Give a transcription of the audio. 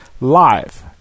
live